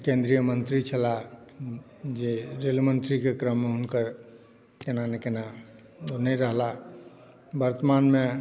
केंद्रीय मंत्री छलाह जे रेल मंत्रीके क्रममे हुनकर केना नहि केना ओ नहि रहला वर्तमानमे